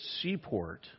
seaport